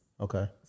Okay